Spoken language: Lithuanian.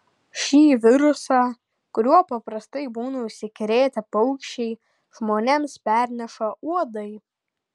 šį virusą kuriuo paprastai būna užsikrėtę paukščiai žmonėms perneša uodai